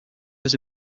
was